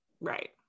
right